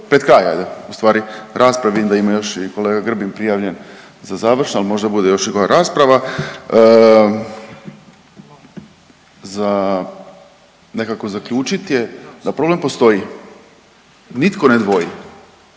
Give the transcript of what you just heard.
pred kraj ajde ustvari rasprave, vidim da ima još i kolega Grbin prijavljen za završno, al možda bude još i koja rasprava, za nekako zaključit je da problem postoji, nitko ne dvoji